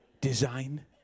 design